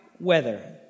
weather